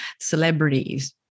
celebrities